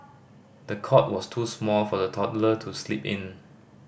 the cot was too small for the toddler to sleep in